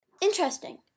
Interesting